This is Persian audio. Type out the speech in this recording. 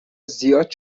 زیاد